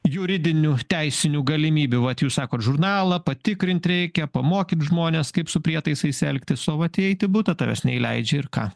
juridinių teisinių galimybių vat jūs sakot žurnalą patikrint reikia pamokyt žmones kaip su prietaisais elgtis o vat įeit į butą tavęs neįleidžia ir ką